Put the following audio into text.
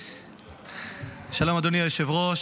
שלום, אדוני היושב-ראש.